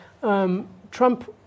Trump